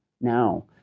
now